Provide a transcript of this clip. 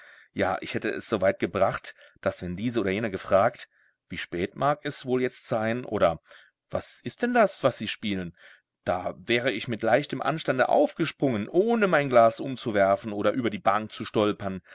ja ich hätte es so weit gebracht daß wenn diese oder jene gefragt wie spät mag es wohl jetzt sein oder was ist denn das was sie spielen da wäre ich mit leichtem anstande aufgesprungen ohne mein glas umzuwerfen oder über die bank zu stolpern